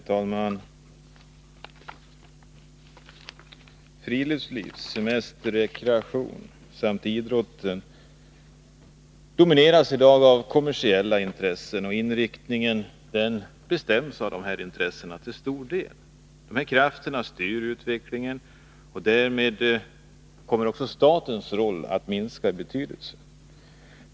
Herr talman! Friluftsliv, semester, rekreation och idrott domineras i dag av kommersiella intressen, och inriktningen bestäms till stor del av dessa intressen. De här krafterna styr utvecklingen, och därmed kommer också statens roll att minska i betydelse.